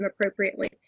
appropriately